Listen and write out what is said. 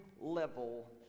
level